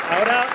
Ahora